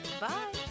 bye